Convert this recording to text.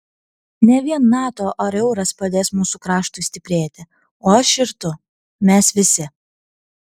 ne vien nato ar euras padės mūsų kraštui stiprėti o aš ir tu mes visi